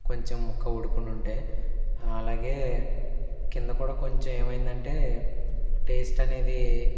కొంచెం ముక్క ఉడికుండుంటే అలాగే కింద కూడా కొంచెం ఏమైందంటే టేస్ట్ అనేది